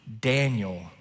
Daniel